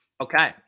Okay